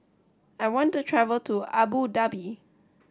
I want to travel to Abu Dhabi